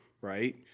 right